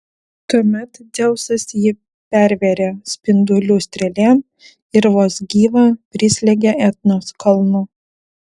tuomet dzeusas jį pervėrė spindulių strėlėm ir vos gyvą prislėgė etnos kalnu